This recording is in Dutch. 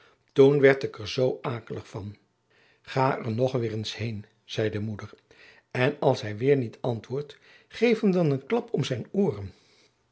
toen werd ik er zoo akelig van ga er nog weer eens heen zei de moeder en als hij weer niet antwoordt geef hem dan een klap om zijn ooren